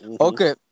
Okay